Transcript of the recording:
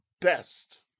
best